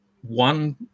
one